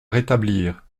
rétablir